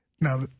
Now